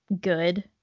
good